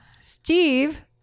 Steve